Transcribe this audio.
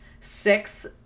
six